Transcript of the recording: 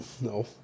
No